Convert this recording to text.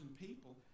people